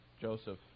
Joseph